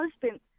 husband